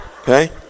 Okay